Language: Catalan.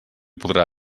podrà